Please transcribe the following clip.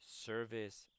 service